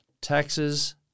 taxes